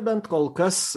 bent kol kas